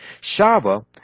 Shava